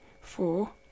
four